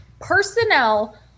personnel